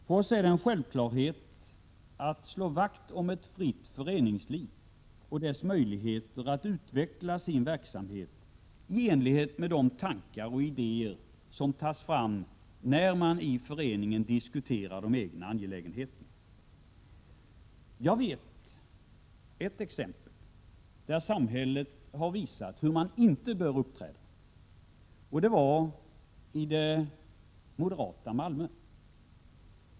För oss är det en självklarhet att slå vakt om ett fritt föreningsliv och dess möjligheter att utveckla sin verksamhet i enlighet med de tankar och idéer som tas fram, när man i föreningen diskuterar de egna angelägenheterna. Jag kan ange ett fall som är exempel på hur samhället inte bör uppträda. Det gäller det moderata Malmö.